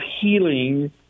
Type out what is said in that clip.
healing